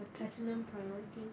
my platinum priorities